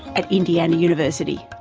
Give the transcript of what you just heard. at indiana university.